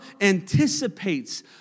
anticipates